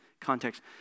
Context